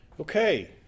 Okay